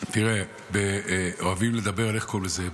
תראה, אוהבים לדבר בהכרזה,